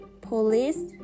police